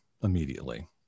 immediately